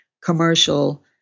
commercial